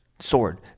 sword